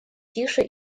тише